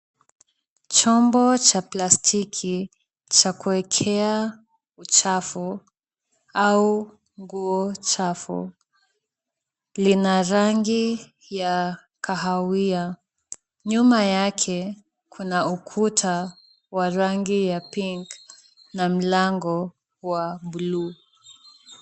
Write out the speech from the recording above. Chombo cha plastiki cha kuwekea uchafu au nguo chafu. Lina rangi ya kahawia, nyuma yake kuna ukuta wa rangi ya pink na mlango wa buluu.